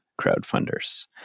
crowdfunders